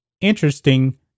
Interesting